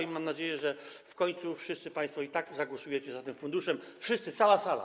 I mam nadzieję, że w końcu wszyscy państwo i tak zagłosujecie za tym funduszem - wszyscy, cała sala.